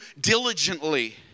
diligently